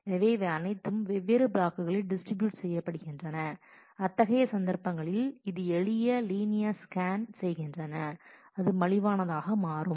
எனவே அவை அனைத்தும் வெவ்வேறு பிளாக்களில் டிஸ்ட்ரிபியூட் செய்யப்படுகின்றன அத்தகைய சந்தர்ப்பங்களில் அது எளிய லீனியர் ஸ்கேன் செய்கின்றன அது மலிவானதாக மாறும்